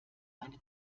eine